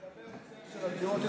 לגבי ההיצע של הדירות,